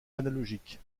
analogique